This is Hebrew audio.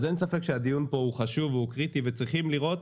אין ספק שהדיון פה חשוב והוא קריטי, וצריכים לראות